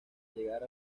llegar